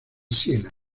siena